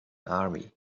army